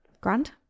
grand